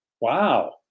Wow